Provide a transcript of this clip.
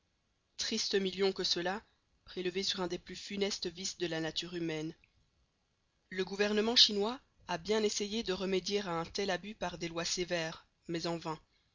tristes millions que ceux-là prélevés sur un des plus funestes vices de la nature humaine le gouvernement chinois a bien essayé de remédier à un tel abus par des lois sévères mais en vain